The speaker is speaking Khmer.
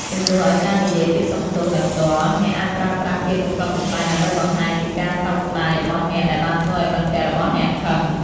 ជំនួសឱ្យការនិយាយពាក្យសុំទោសដោយផ្ទាល់ អ្នកអាចប្រើប្រាស់ពាក្យកំប្លុកកំប្លែងដើម្បីបង្ហាញពីការសោកស្តាយរបស់អ្នកដែលបានធ្វើឱ្យមិត្តភក្តិរបស់អ្នកខឹង។